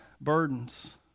burdens